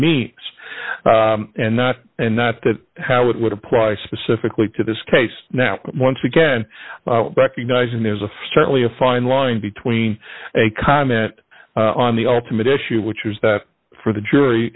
me and that and that that how it would apply specifically to this case now once again recognizing there's a for certainly a fine line between a comment on the ultimate issue which is that for the